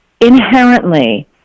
inherently